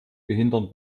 behindern